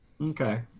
okay